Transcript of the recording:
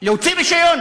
להוציא רישיון?